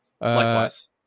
Likewise